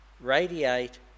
radiate